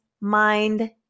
mind